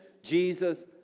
Jesus